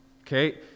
Okay